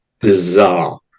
bizarre